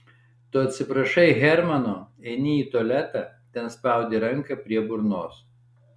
tu atsiprašai hermano eini į tualetą ten spaudi ranką prie burnos